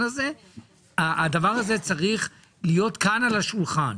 הזה כשהדבר הזה צריך להיות כאן על השולחן,